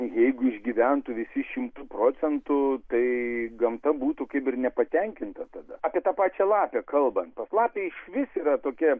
jeigu išgyventų visi šimtu procentų tai gamta būtų kaip ir nepatenkinta tada apie tą pačią lapę kalbant pas lapę išvis yra tokia